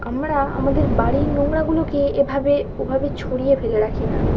আমরা আমাদের বাড়ির নোংরাগুলোকে এভাবে ওভাবে ছড়িয়ে ফেলে রাখি না